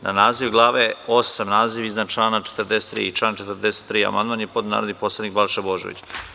Na naziv glave VIII, naziv iznad člana 43. i član 43. amandman je podneo narodni poslanik Balša Božović.